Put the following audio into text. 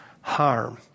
harm